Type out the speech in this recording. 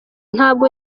ntabwo